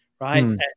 Right